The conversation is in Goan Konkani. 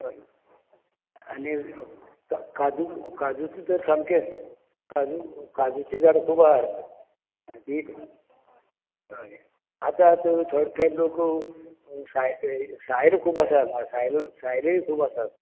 आनी काजू काजूच तर सामकेंच काजू काजूची झाड खूब आहा ती कळ्ळे आतां थोडे थोडे लोक सायरूय खूब आसा सायऱ्यूय खूब आसात